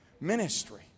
Ministry